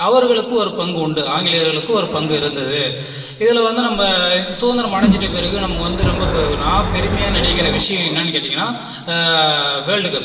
அவர்களுக்கு ஒரு பங்கு உண்டு ஆங்கிலேயர்களுக்கு ஒரு பங்கு இருந்தது இதில் வந்து நம்ப சுதந்திரம் அடைஞ்சிட்ட பிறகு நம்ம வந்து ரொம்ப நான் பெருமையாக நினைக்கிற விஷயம் என்னானு கேட்டிங்கன்னால் வேல்டு கப்